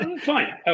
Fine